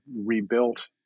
rebuilt